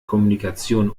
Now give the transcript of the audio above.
kommunikation